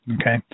okay